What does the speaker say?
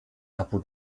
abu